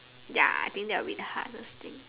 ya I think that'll be the hardest thing